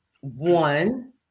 One